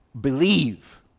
believe